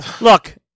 look